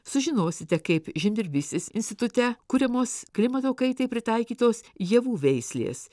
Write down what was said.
sužinosite kaip žemdirbystės institute kuriamos klimato kaitai pritaikytos javų veislės